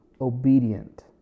obedient